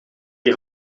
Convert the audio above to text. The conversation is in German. die